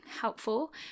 helpful